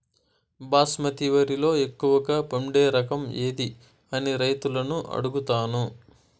బాస్మతి వరిలో ఎక్కువగా పండే రకం ఏది అని రైతులను అడుగుతాను?